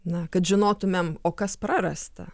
na kad žinotumėm o kas prarasta